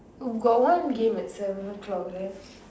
got one game at seven o-clock right